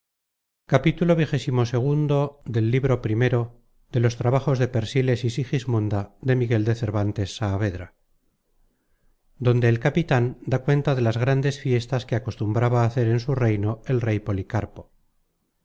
donde el capitan da cuenta de las grandes fiestas que acostumbraba á hacer en su reino el rey policarpo